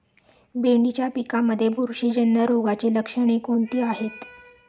भेंडीच्या पिकांमध्ये बुरशीजन्य रोगाची लक्षणे कोणती आहेत?